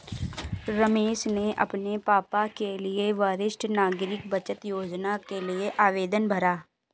रमेश ने अपने पापा के लिए वरिष्ठ नागरिक बचत योजना के लिए आवेदन भरा